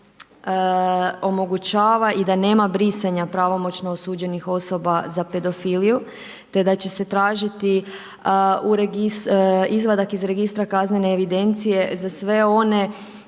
se omogućava i da nema brisanja pravomoćno osuđenih osoba za pedofiliju te da će se tražiti izvadak iz registra kaznene evidencije za sve one